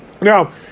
Now